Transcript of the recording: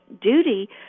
duty